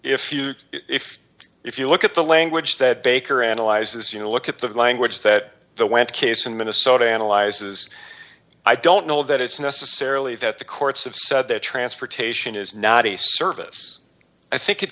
if you if if you look at the language that baker analyzes you know look at the language that the went case in minnesota analyzes i don't know that it's necessarily that the courts have said that transportation is not a service i think it